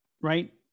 right